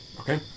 Okay